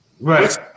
Right